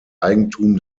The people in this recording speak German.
eigentum